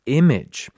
image